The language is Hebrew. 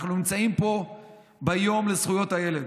אנחנו נמצאים פה ביום לזכויות הילד,